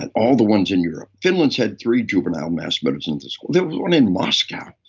and all the ones in europe. finland's had three juvenile mass murders in the school. there was one in moscow.